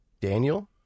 Daniel